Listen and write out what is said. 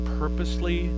purposely